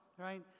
right